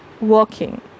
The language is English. working